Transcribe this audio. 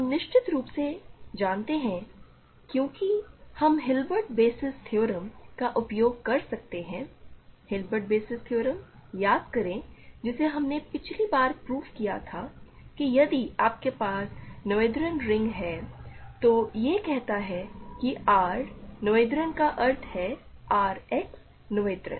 हम निश्चित रूप से जानते हैं कि क्योंकि हम हिल्बर्ट बेसिस थ्योरम का उपयोग कर सकते हैं हिल्बर्ट बेसिस थ्योरम याद करें जिसे हमने पिछली बार प्रूव किया था कि यदि आपके पास नोएथेरियन रिंग है तो यह कहता है कि R नोएथेरियन का अर्थ है R X नोएथेरियन